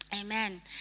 amen